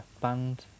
band